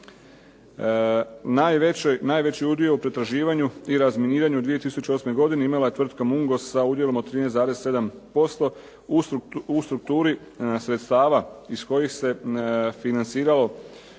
Najveći udio u pretraživanju i razminiranju u 2008. godini imala je tvrtka "Mungos" sa udjelom od 13,7% u strukturi sredstava iz kojih se financiralo